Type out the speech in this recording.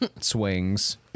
swings